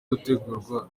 gutegurwa